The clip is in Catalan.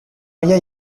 olla